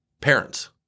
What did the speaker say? parents